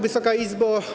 Wysoka Izbo!